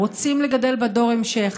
רוצים לגדל בה דור המשך,